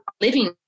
living